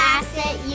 Asset